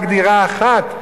רק דירה אחת,